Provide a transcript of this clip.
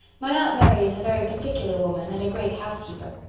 my aunt mary is a very particular woman and a great housekeeper.